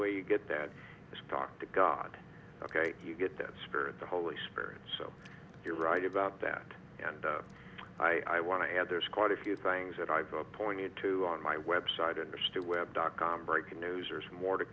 way you get that stock to god ok you get that spirit the holy spirit so you're right about that and i want to add there's quite a few things that i've appointed to on my website and are still web dot com breaking news there's more to